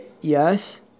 yes